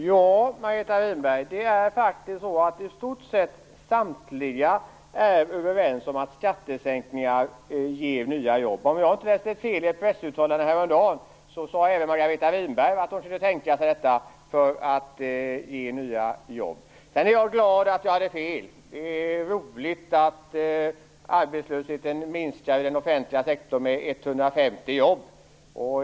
Herr talman! Margareta Winberg! I stort sett samtliga är överens om att skattesänkningar ger nya jobb. Om jag inte läste fel i ett pressuttalande häromdagen sade också Margareta Winberg att hon kunde tänka sig det för att ge nya jobb. Jag är glad att jag hade fel. Det är roligt att arbetslösheten minskar med 150 jobb i den offentliga sektorn.